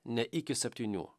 ne iki septynių